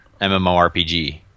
MMORPG